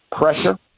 pressure